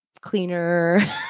cleaner